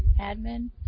admin